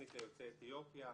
תוכנית ליוצאי אתיופיה,